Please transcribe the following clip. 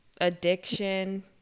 addiction